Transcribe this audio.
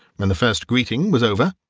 when the first greeting was over,